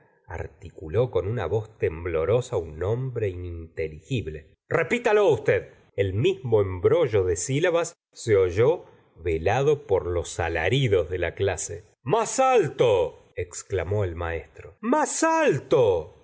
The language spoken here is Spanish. articuló con una voz temblorosa un nombre ininteligible repítalo usted el mismo embrollo de silabás se oyó velado por los alaridos de la clase alto exclamó el maestro ms alto